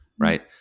Right